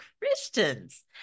Christians